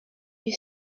you